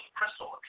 crystal